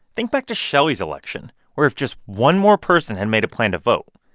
think back to shell's election, where if just one more person had made a plan to vote,